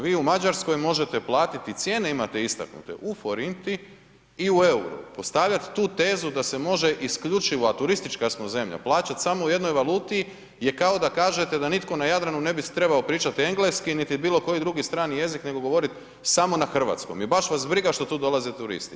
Vi u Mađarskoj možete platiti i cijene imate istaknute u forinti i u EUR-u, postavljat tu tezu da se može isključivo, a turistička smo zemlja, plaćat samo u jednoj valuti je kao da kažete da nitko na Jadranu ne bi se trebao pričati engleski, niti bilo koji drugi strani jezik, nego govorit samo na hrvatskom i baš vas briga što tu dolaze turisti.